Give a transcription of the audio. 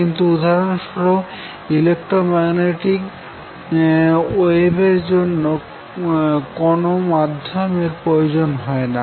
কিন্তু উদাহরণস্বরুপ ইলেক্ট্রোম্যাগনেটিক ওয়েভের জন্য কোন মাধ্যমের প্রয়োজন হয়না